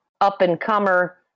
up-and-comer